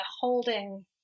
holding